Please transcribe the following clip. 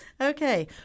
Okay